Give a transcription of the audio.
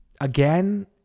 Again